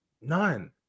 None